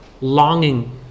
longing